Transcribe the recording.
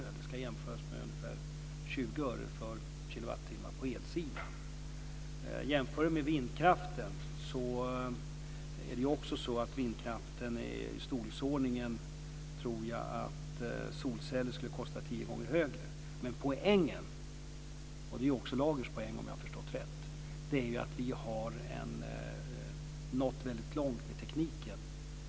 Det ska jämföras med ungefär 20 öre för kilowattimmar på elsidan. Jämför man med vindkraften ser man att solceller skulle kosta tio gånger mer. Men poängen - och det är också Lagers poäng om jag har förstått det rätt - är att vi har nått väldigt långt med tekniken.